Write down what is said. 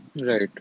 Right